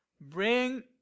Bring